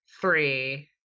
Three